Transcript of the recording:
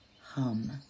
Hum